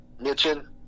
mitchin